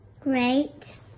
great